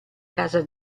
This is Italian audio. casa